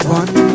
one